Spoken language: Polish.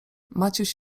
maciuś